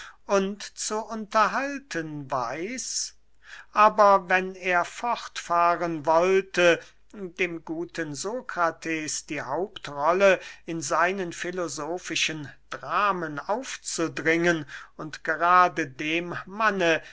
zu unterhalten weiß aber wenn er fortfahren wollte dem guten sokrates die hauptrolle in seinen filosofischen dramen aufzudrängen und gerade dem manne